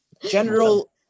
general